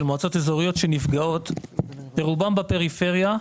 מועצות אזוריות שנפגעות שרובן בפריפריה,